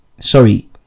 Sorry